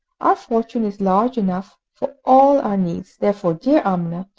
our fortune is large enough for all our needs, therefore, dear amina,